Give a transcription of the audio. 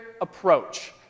approach